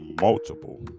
multiple